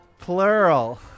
Plural